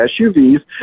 SUVs